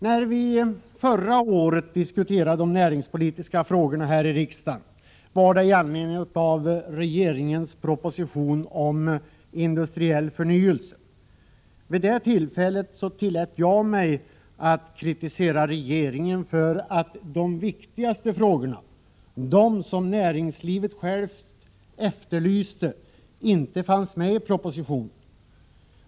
När vi förra året diskuterade de näringspolitiska frågorna här i riksdagen var det i anledning av regeringens proposition om industriell förnyelse. Vid det tillfället tillät jag mig att kritisera regeringen för att de viktigaste frågorna, de som näringslivet självt efterlyste, inte fanns med i propositionen.